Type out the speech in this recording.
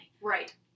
Right